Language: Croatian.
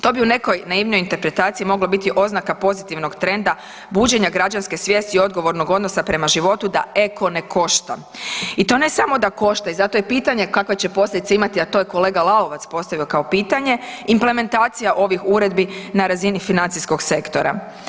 To bi u nekoj naivnoj interpretaciji mogla biti oznaka pozitivnog trenda buđenja građanske svijesti odgovornog odnosa prema životu da eko ne košta i to ne samo da košta i zato je pitanje kakve će posljedice imati a to je kolega Lalovac postavio kao pitanje, implementacija ovih uredbi na razini financijskog sektora.